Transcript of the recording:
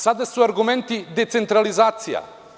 Sada su argumenti – decentralizacija.